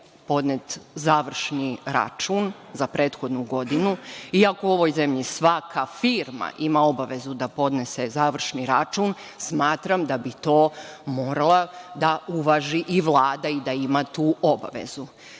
podnet završni račun za prethodnu godinu. Ako u ovoj zemlji svaka firma ima obavezu da podnese završni račun, smatram da bi to morala da uvaži i Vlada i da ima tu obavezu.